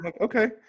Okay